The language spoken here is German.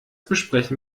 besprechen